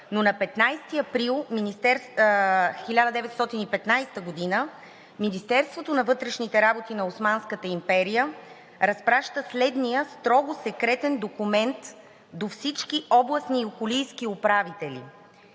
но на 15 април 1915 г. Министерството на вътрешните работи на Османската империя разпраща следния строго секретен документ до всички областни и околийски управители,